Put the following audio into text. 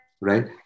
Right